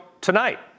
tonight